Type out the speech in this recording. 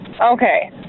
Okay